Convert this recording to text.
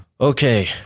Okay